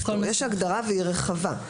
יש הגדרה והיא רחבה.